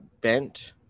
bent